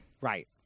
right